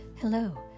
Hello